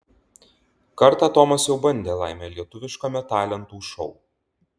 kartą tomas jau bandė laimę lietuviškame talentų šou